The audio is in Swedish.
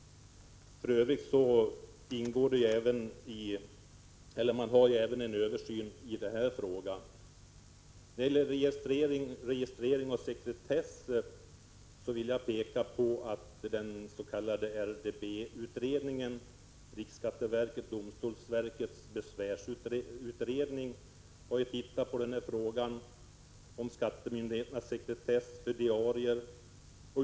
För övrigt pågår en översyn även av denna fråga. När det gäller registrering och sekretess vill jag peka på att den s.k. RDB-utredningen, riksskatteverkets och domstolsverkets besvärsutredning, har studerat frågan om skattemyndigheternas sekretess för diarier.